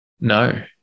No